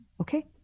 Okay